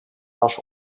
was